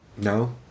No